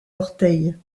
orteils